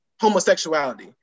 homosexuality